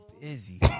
busy